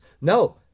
No